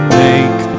make